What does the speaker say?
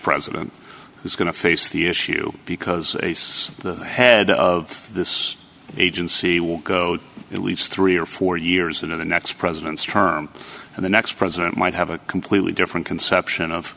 president who's going to face the issue because the head of this agency will go it leaves three or four years into the next president's term and the next president might have a completely different conception of